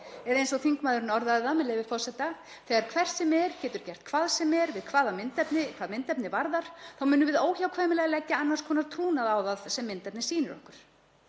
eða eins og þingmaðurinn orðaði það, með leyfi forseta: „Þegar hver sem er getur gert hvað sem er hvað myndefni varðar þá munum við óhjákvæmilega leggja annars konar trúnað á það hvað myndefnið sýnir okkur.“